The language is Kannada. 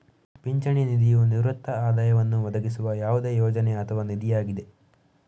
ಪಿಂಚಣಿ ನಿಧಿಯು ನಿವೃತ್ತಿ ಆದಾಯವನ್ನು ಒದಗಿಸುವ ಯಾವುದೇ ಯೋಜನೆ ಅಥವಾ ನಿಧಿಯಾಗಿದೆ